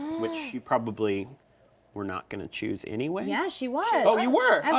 which you probably were not gonna choose anyway? yeah, she was. oh, you were.